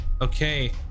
okay